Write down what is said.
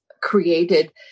created